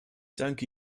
danke